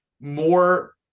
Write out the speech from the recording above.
more